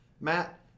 Matt